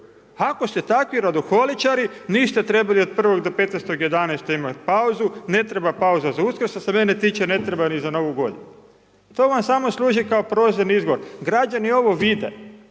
Ako ste takvi radoholičari, niste trebali od 01. do 15.11. imati pauzu, ne treba pauza za Uskrs, što se mene tiče ne treba ni za Novu Godinu. To vam samo služi kao prozirni izbor. Građani ovo vide.